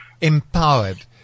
empowered